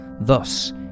Thus